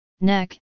neck